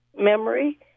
memory